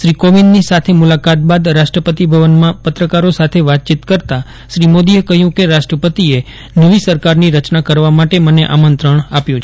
શ્રી કોવિંદની સાથે મુલાકાત બાદ રાષ્ટ્રપતિ ભવનમાં પત્રકારો સાથે વાતાચીત કરતા મોદીએ કહયું કે રાષ્ટ્રપતિએ નવી સરકારની રચના કરવા માટે મને આમંત્રણ આપ્યું છે